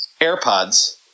AirPods